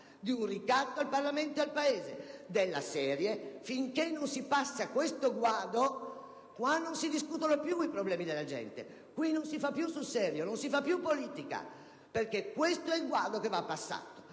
di un ricatto al Parlamento ed al Paese, della serie: finché non si passa questo guado qui non si discutono più i problemi della gente, qui non si fa più sul serio, non si fa più politica, perché questo è il guado che va passato.